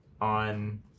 on